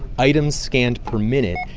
items scanned per minute.